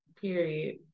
period